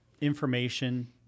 information